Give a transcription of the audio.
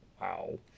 wow